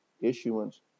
issuance